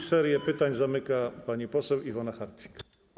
Serię pytań zamyka pani poseł Iwona Hartwich.